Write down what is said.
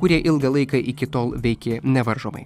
kurie ilgą laiką iki tol veikė nevaržomai